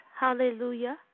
Hallelujah